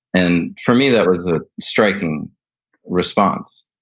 and for me that was a striking response,